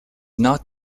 not